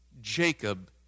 Jacob